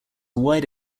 wide